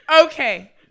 Okay